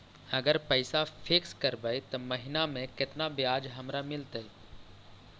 अगर पैसा फिक्स करबै त महिना मे केतना ब्याज हमरा मिलतै?